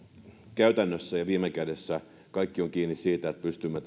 käytännössä ja viime kädessä kaikki on kiinni siitä että pystymme